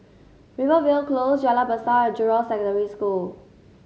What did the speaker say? Rivervale Close Jalan Besar and Jurong Secondary School